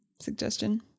suggestion